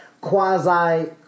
quasi